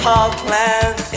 Parkland